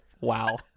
wow